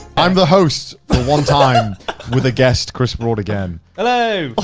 i'm the host for one time with a guest chris broad again. hello!